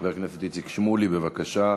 חבר הכנסת איציק שמולי, בבקשה.